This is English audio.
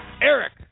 Eric